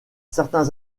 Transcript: certains